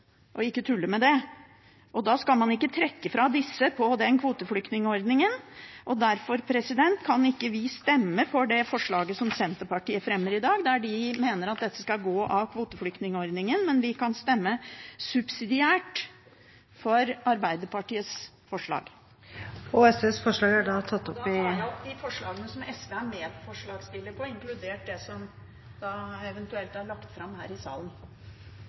og tuller ikke med det. Da skal man ikke trekke fra disse på den kvoteflyktningordningen, og derfor kan ikke vi stemme for det forslaget som Senterpartiet fremmer i dag, der de mener at dette skal gå av kvoteflyktningordningen. Men vi kan stemme subsidiært for Arbeiderpartiets forslag. Jeg tar opp forslagene fra SV. Representanten Karin Andersen har tatt opp de forslagene hun refererte til. Det er uheldig om debatter som